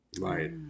right